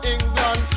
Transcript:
England